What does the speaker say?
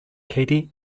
katie